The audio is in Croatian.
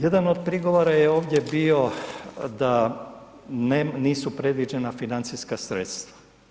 Jedan od prigovora je ovdje bio da nisu predviđena financijska sredstva.